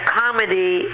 comedy